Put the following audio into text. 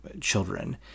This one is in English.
children